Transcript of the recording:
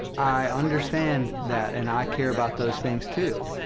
i understand that, and i care about those things too.